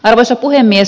arvoisa puhemies